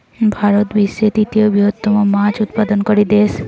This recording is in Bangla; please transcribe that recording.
ভারত বিশ্বের তৃতীয় বৃহত্তম মাছ উৎপাদনকারী দেশ